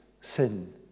sin